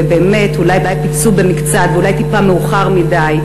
ובאמת, אולי פיצו במקצת, ואולי טיפה מאוחר מדי,